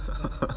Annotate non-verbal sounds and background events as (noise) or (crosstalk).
(laughs)